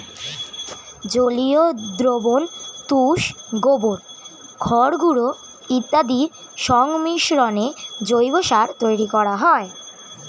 জলীয় দ্রবণ, তুষ, গোবর, খড়গুঁড়ো ইত্যাদির সংমিশ্রণে জৈব সার তৈরি করা হয়